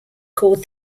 called